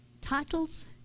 titles